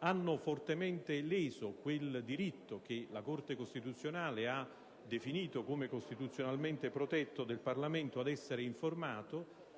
- hanno fortemente leso quel diritto che la Corte costituzionale ha definito come costituzionalmente protetto del Parlamento ad essere informato.